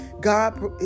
God